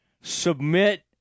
submit